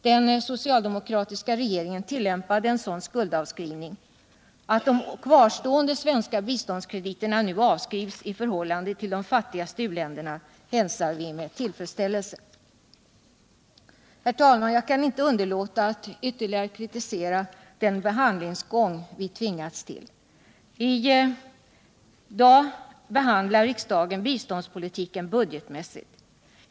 Den socialdemokratiska regeringen tillämpade en sådan skuldavskrivning. Att de kvarstående svenska biståndskrediterna nu avskrivs i förhållande till de fattigaste u-länderna hälsar vi med tillfredsställelse. Herr talman! Jag kan inte underlåta att ytterligare kritisera den behandlingsgång vi tvingats till. I dag behandlar riksdagen biståndspolitiken budgetmässigt.